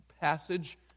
passage